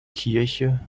kirche